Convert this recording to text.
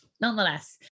nonetheless